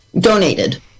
donated